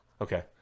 Okay